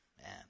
man